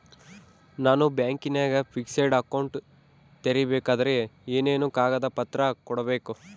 ನಾನು ಬ್ಯಾಂಕಿನಾಗ fixed account ತೆರಿಬೇಕಾದರೆ ಏನೇನು ಕಾಗದ ಪತ್ರ ಕೊಡ್ಬೇಕು?